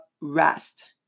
rest